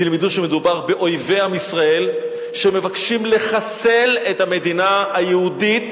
תלמדו שמדובר באויבי עם ישראל שמבקשים לחסל את המדינה היהודית